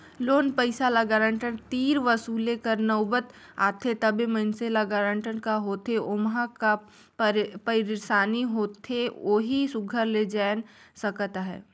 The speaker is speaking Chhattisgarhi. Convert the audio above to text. लोन पइसा ल गारंटर तीर वसूले कर नउबत आथे तबे मइनसे ल गारंटर का होथे ओम्हां का पइरसानी होथे ओही सुग्घर ले जाएन सकत अहे